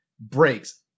Breaks